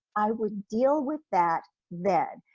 i would deal with that then.